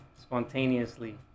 spontaneously